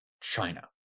China